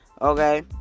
Okay